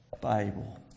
Bible